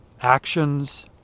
actions